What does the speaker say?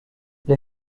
les